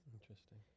Interesting